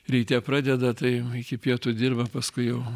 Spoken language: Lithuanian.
ryte pradeda tai iki pietų dirba paskui jau